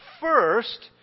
First